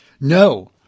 No